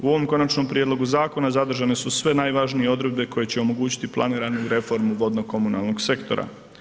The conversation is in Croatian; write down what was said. U ovom Konačnom prijedlogu zakona zadržane su sve najvažnije odredbe koje će omogućiti planiranu reformu vodno komunalnog sektora.